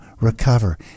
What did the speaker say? recover